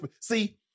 See